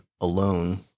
alone